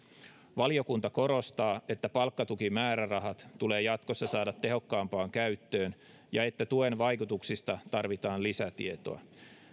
valiokunta korostaa että palkkatukimäärärahat tulee jatkossa saada tehokkaampaan käyttöön ja että tuen vaikutuksista tarvitaan lisätietoa